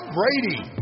Brady